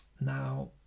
Now